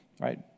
right